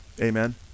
Amen